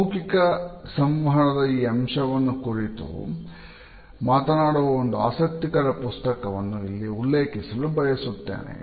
ಅಮೌಖಿಕ ಸಂವಹನದ ಈ ಅಂಶವನ್ನು ಕುರಿತು ಮಾತನಾಡುವ ಒಂದು ಆಸಕ್ತಿಕರ ಪುಸ್ತಕವನ್ನು ಇಲ್ಲಿ ಉಲ್ಲೇಖಿಸಲು ಬಯಸುತ್ತೇನೆ